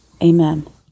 Amen